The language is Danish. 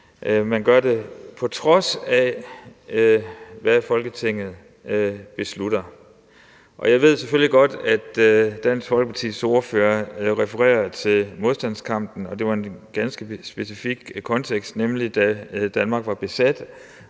man gør det, på trods af hvad Folketinget beslutter. Jeg ved selvfølgelig godt, at Dansk Folkepartis ordfører refererede til modstandskampen – og det var i en ganske specifik kontekst, nemlig da Danmark var besat.